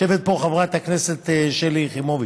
יושבת פה חברת הכנסת שלי יחימוביץ.